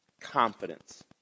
confidence